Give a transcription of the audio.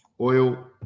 Oil